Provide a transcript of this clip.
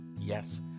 yes